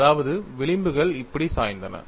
அதாவது விளிம்புகள் இப்படி சாய்ந்தன